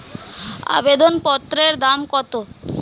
আবেদন পত্রের দাম কত?